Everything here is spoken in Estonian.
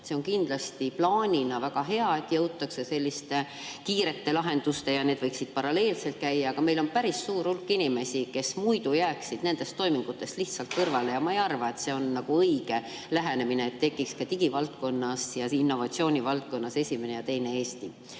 See on plaanina kindlasti väga hea, kuna jõutakse selliste kiirete lahendusteni. Aga need võiksid paralleelselt käia, sest meil on päris suur hulk inimesi, kes niimoodi jääksid nendest toimingutest lihtsalt kõrvale. Ma ei arva, et see on õige lähenemine, et tekiks ka digivaldkonnas ja innovatsiooni valdkonnas esimene ja teine Eesti.